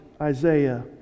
Isaiah